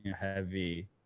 heavy